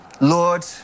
Lord